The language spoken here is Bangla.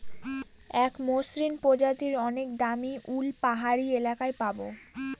এক মসৃন প্রজাতির অনেক দামী উল পাহাড়ি এলাকায় পাবো